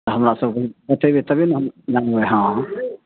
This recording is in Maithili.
हमरा सभकऽ बतेबै तबे ने हम बुझबै हँ